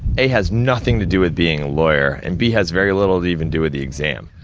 a has nothing to do with being a lawyer, and b has very little to even do with the exam.